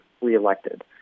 reelected